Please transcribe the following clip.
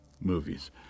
movies